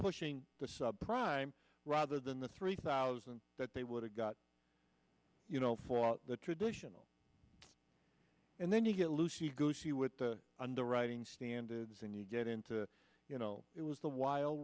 pushing the subprime rather than the three thousand that they would have got you know for the traditional and then you get lucy goosey with the underwriting standards and you get into you know it was the wild